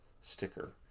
sticker